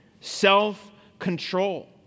self-control